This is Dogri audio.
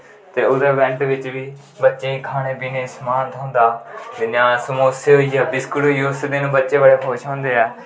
ते ओह्दे इवैंट बिच्च बी बच्चें गी खाने पीने गी समान थ्होंदा जियां समोसे होई गे बिस्कुट होई गे उस दिन बच्चे बड़े खुश होंदे ऐ